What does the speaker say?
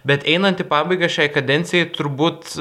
bet einant į pabaigą šiai kadencijai turbūt